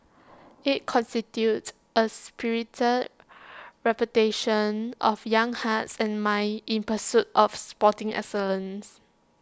IT constitutes A spirited reputation of young hearts and minds in pursuit of sporting excellence